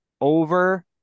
over